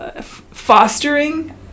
fostering